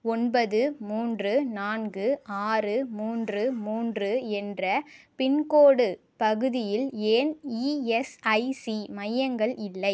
ஒன்பது மூன்று நான்கு ஆறு மூன்று மூன்று என்ற பின்கோடு பகுதியில் ஏன் இஎஸ்ஐசி மையங்கள் இல்லை